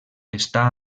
està